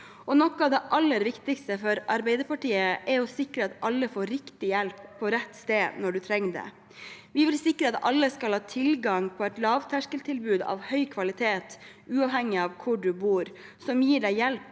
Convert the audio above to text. Noe av det aller viktigste for Arbeiderpartiet er å sikre at alle får riktig hjelp på rett sted, når de trenger det. Vi vil sikre at alle skal ha tilgang på et lavterskeltilbud av høy kvalitet, uavhengig av hvor de bor, som gir dem hjelp